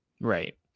right